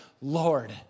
Lord